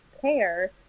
care